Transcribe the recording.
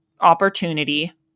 opportunity